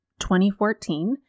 2014